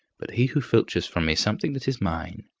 but he who filches from me something that is mine,